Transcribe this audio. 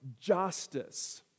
justice